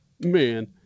Man